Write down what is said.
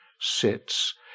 sits